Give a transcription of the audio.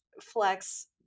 flex